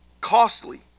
costly